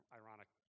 ironic